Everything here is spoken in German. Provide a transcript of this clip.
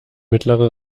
mittlere